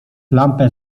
lampę